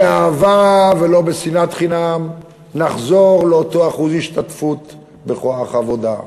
באהבה ולא בשנאת חינם נחזור לאותו אחוז השתתפות בכוח העבודה,